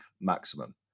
maximum